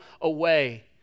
away